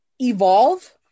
evolve